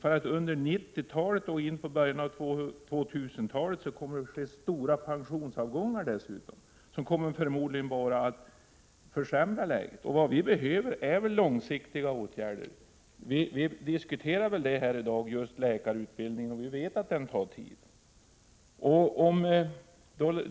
Under 1990-talet och början av 2000-talet kommer stora pensionsavgångar att ske, som förmodligen kommer att försämra läget. Vad vi behöver är långsiktiga åtgärder. Vi diskuterar här i dag läkarutbildningen, och vi vet att den utbildningen tar tid.